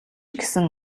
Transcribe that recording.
гэсэн